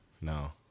No